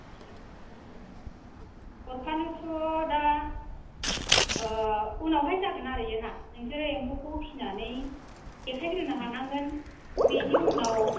हरफानोथ' दा ओह उनावहाय जागोन आरो इयो ना नोंसोरो एम्फौखौ फिनानै देखायग्रोनो हानांगोन बेनि उनाव